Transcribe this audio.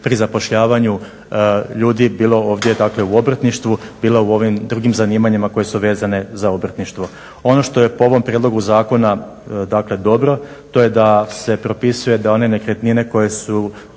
pri zapošljavanju ljudi, bilo ovdje dakle u obrtništvu, bilo u ovim drugim zanimanjima koje su vezane za obrtništvo. Ono što je po ovom prijedlogu zakona dakle dobro. To je da se propisuje da one nekretnine koje su